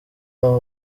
aho